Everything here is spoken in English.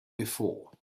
before